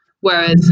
Whereas